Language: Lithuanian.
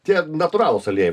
tie natūralūs aliejai